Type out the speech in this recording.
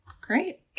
great